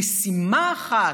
משימה אחת,